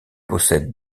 possède